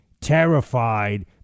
terrified